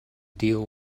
deal